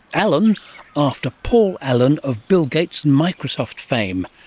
allen after paul allen, of bill gates and microsoft fame.